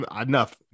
Enough